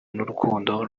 n’urukundo